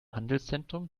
handelszentrum